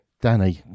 Danny